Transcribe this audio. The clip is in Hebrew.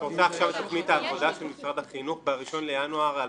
את רוצה עכשיו את תוכנית העבודה של משרד החינוך בראשון לינואר ל-2019?